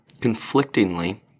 Conflictingly